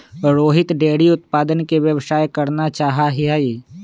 Rohit dairy उत्पादन के व्यवसाय करना चाहा हई